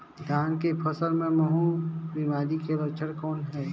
धान के फसल मे महू बिमारी के लक्षण कौन हे?